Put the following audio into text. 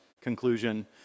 Conclusion